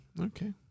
okay